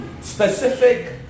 specific